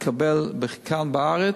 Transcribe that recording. שיקבלו כאן בארץ,